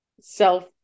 self